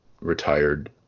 retired